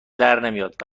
درنمیاد